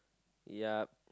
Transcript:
yup